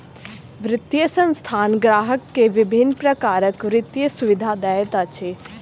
वित्तीय संस्थान ग्राहक के विभिन्न प्रकारक वित्तीय सुविधा दैत अछि